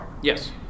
Yes